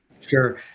Sure